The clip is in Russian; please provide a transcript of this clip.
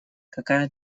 какая